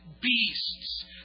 Beasts